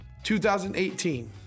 2018